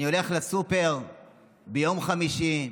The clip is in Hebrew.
אני הולך לסופר ביום חמישי,